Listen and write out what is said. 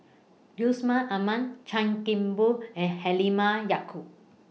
Yusman Aman Chan Kim Boon and Halimah Yacob